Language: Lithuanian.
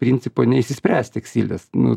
principo neišsispręs tekstilės nu